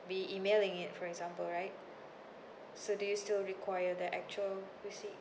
be emailing it for example right so do you still require that actual receipt